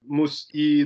mus į